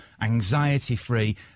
anxiety-free